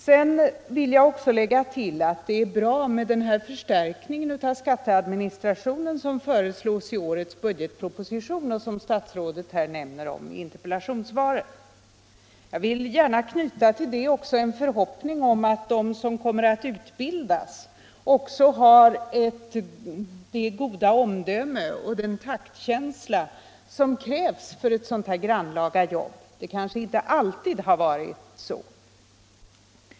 Jag vill också lägga till att det är bra med den förstärkning av skatteadministrationen som föreslås i årets budgetproposition och som statsrådet nämner i interpellationssvaret. Jag vill till det även knyta en förhoppning om att de som kommer att utbildas också har det goda omdöme och den taktkänsla som krävs för ett sådant grannlaga jobb. Det kanske inte alltid har varit så.